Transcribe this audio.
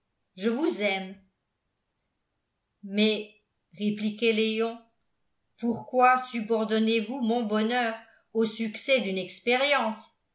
je vous aime mais répliquait léon pourquoi subordonnez vous mon bonheur au succès d'une expérience